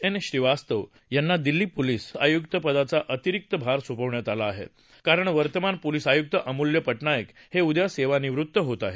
N Srivastava यांना Delhi police आयुक्त पदाचा अतिरिक्त भार सोपवण्यात आला आहे कारण वर्तमान पोलीस आयुक्त अमूल्य पटनायक हे उद्या सेवानिवृत्त होत आहेत